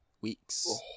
Weeks